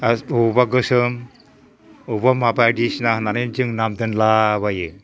आरो बबेबा गोसोम बबेबा मा बायदिसिना होननानै जों नाम दोनलाबायो